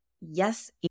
Yes